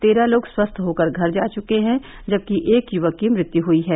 तेरह लोग स्वस्थ होकर घर जा चुके हैं जबकि एक युवक की मृत्यु हुई है